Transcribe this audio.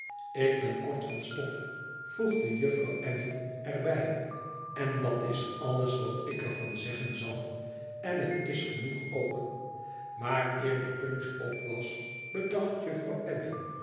ik ben kort van stof voegde juffrouw abbey erbij en dat is alles wat ik er van zeggen zal en het is genoeg ook maar eer de punch op was bedacht juffrouw